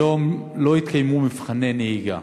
היום לא התקיימו מבחני נהיגה.